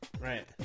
Right